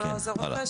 או לעוזר רופא,